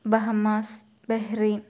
bahamas Bahrain